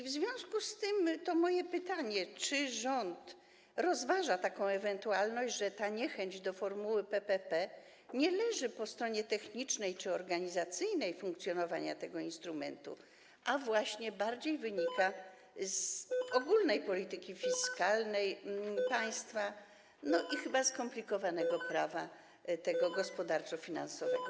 W związku z tym moje pytanie: Czy rząd rozważa taką ewentualność, że ta niechęć do formuły PPP nie leży po stronie technicznej czy organizacyjnej funkcjonowania tego instrumentu, a właśnie bardziej wynika z ogólnej polityki fiskalnej państwa i chyba skomplikowanego prawa gospodarczo-finansowego?